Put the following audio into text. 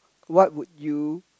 what would you